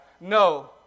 No